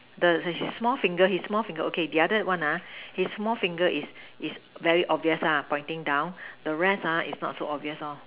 the his small finger his small finger okay the other one ah his small finger is is very obvious lah pointing down the rest ah is not so obvious lor